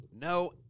No